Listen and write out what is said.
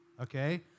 okay